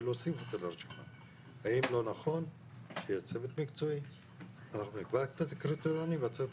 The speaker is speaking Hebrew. האם לא נכון שאנחנו נקבע את הקריטריונים והצוות